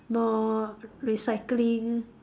more recycling